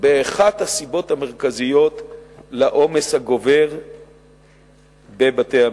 באחת הסיבות המרכזיות לעומס הגובר בבתי-המשפט.